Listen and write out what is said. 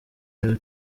ari